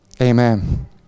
Amen